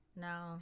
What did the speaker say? No